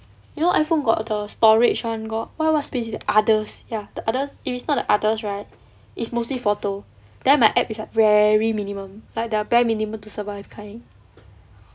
you know iphone got the storage [one] got what what space others ya the others if is not the others right is mostly photo then my app is at very minimum like the bare minimum to survive kind